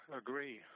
agree